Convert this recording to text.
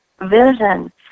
vision